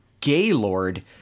Gaylord